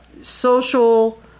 social